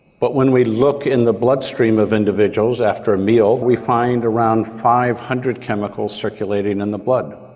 but when we look in the bloodstream of individuals after a meal, we find around five hundred chemicals circulating in the blood.